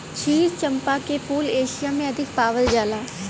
क्षीर चंपा के फूल एशिया में अधिक पावल जाला